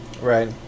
Right